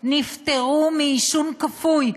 נפטרו מעישון כפוי,